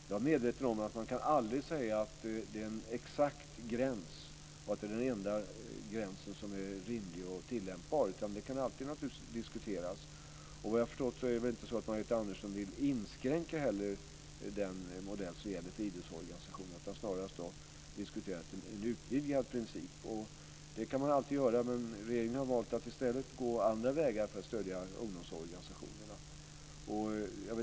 Jag är medveten om att man aldrig kan tala om en exakt gräns här och säga att det är den enda rimliga och tillämpbara gränsen, utan det kan naturligtvis alltid diskuteras. Såvitt jag förstår är det inte så att Margareta Andersson vill ha en inskränkning beträffande den modell som gäller för idrottsorganisationer. Snarast handlar det väl i stället om att diskutera en utvidgad princip, och det kan man alltid göra. Regeringen har dock valt att i stället gå andra vägar för att stödja ungdomsorganisationerna.